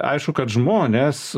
aišku kad žmonės